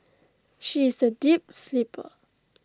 she is A deep sleeper